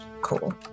Cool